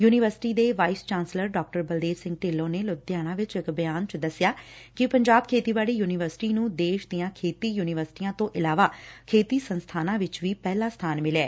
university ਦੇ vice chancellor Dr Baldev Singh Dhillon ਨੇ ਲੁਧਿਆਣਾ ਚ ਇਕ ਬਿਆਨ ਚ ਦਸਿਆ ਕਿ ਪੰਜਾਬ ਖੇਤੀਬਾੜੀ ਯੁਨੀਵਰਸਿਟੀ ਨੰ ਦੇਸ਼ ਦੀਆਂ ਖੇਤੀ ਯੁਨੀਵਰਸਿਟੀਆਂ ਤੋਂ ਇਲਾਵਾ ਖੇਤੀ ਸੰਸਬਾਨਾਂ ਵਿਚ ਵੀ ਪਹਿਲਾਂ ਸਬਾਨ ਮਿਲਿਐ